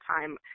time